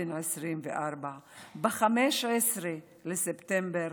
בן 24. ב-15 בספטמבר